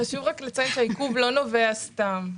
חשוב לציין שהעיכוב לא נובע סתם,